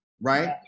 right